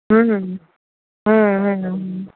હમ્મ હમ્મ હમ્મ હમ્મ